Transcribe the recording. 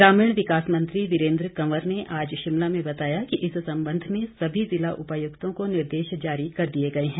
ग्रामीण विकास मंत्री वीरेन्द्र कंवर ने आज शिमला में बताया कि इस संबंध में सभी ज़िला उपायुक्तों को निर्देश जारी कर दिए गए हैं